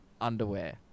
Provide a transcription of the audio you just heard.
underwear